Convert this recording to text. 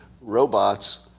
robots